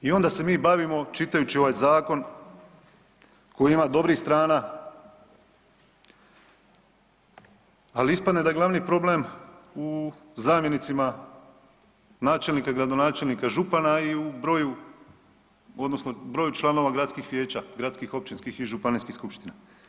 I onda se mi bavimo čitajući ovaj zakon koji ima dobrih strana, ali ispada da je glavni problem u zamjenicima načelnika, gradonačelnika i župana i u broju odnosno broju članova gradskih vijeća, gradskih, općinskih i županijskih skupština.